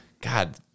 God